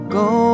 go